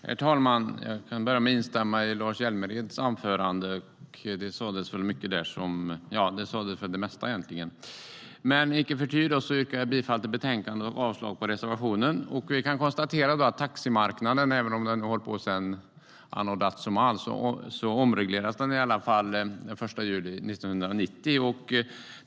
Herr talman! Jag kan börja med att instämma i Lars Hjälmereds anförande. Där sades egentligen det mesta. Icke förty yrkar jag bifall till förslaget i betänkandet och avslag på reservationen. Taximarknaden, som har hållit på sedan anno dazumal, omreglerades den 1 juli 1990.